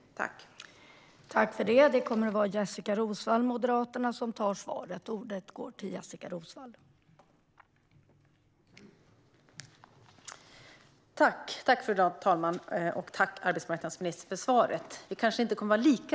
Då Christian Holm Barenfeld, som framställt interpellationen, anmält att han var förhindrad att närvara vid sammanträdet medgav förste vice talmannen att Jessika Roswall i stället fick delta i överläggningen.